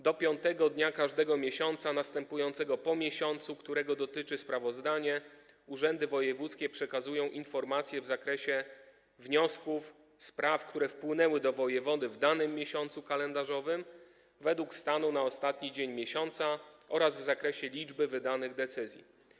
Do 5. dnia każdego miesiąca następującego po miesiącu, którego dotyczy sprawozdanie, urzędy wojewódzkie przekazują informacje w zakresie wniosków, spraw, które wpłynęły do wojewody w danym miesiącu kalendarzowym, według stanu na ostatni dzień miesiąca oraz w zakresie liczby wydanych decyzji.